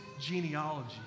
genealogy